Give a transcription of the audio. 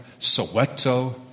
Soweto